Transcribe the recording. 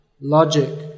logic